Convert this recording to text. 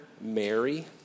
Mary